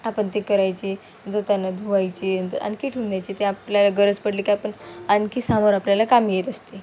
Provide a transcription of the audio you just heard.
आपण ते करायची नंतर त्यांना धुवायचे नंतर आणखी ठेऊन द्यायची ते आपल्याला गरज पडली की आपण आणखी समोर आपल्याला कामी येत असते